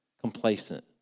complacent